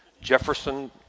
Jefferson